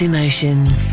Emotions